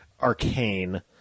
arcane